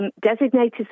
designated